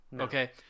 Okay